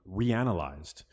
reanalyzed